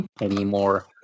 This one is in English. anymore